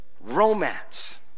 Romance